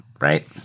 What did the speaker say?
right